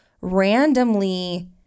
randomly